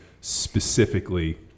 specifically